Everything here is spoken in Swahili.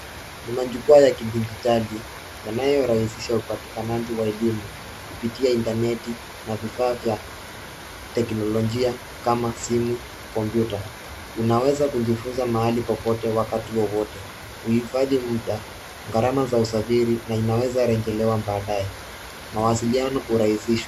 Ni majukwaa ya kidijitali yanayorahisisha upatikanaji wa elimu, kupitia intaneti na vifaa vya teknolojia kama simu, kompyuta. Unaweza kujifunza mahali popote, wakati wowote, kuhifadhi muda, gharama za usafiri na inaweza rejelewa badaye. Mawasiliano hurahisishwa.